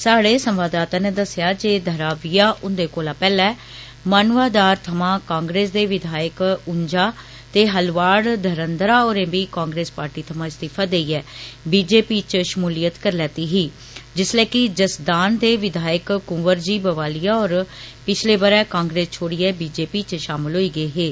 साढ़े संवाददाता नै दस्सेआ जे धाराविया हुन्दे कोला पैहलै मानवादार थमां कांग्रेस दे विधायक उन्झा ते हलवाड़ धरन्धर होरें बी कांग्रेस पार्टी थमां इस्तीफा देइयै ठश्रच् च षमूलियत करी लैती ही जिसलै के जसदान दे विधायक कुंवरजी बवालिया होर पिछले बरै कांग्रेस छोडियै ठश्रच् च षामल होई गे हे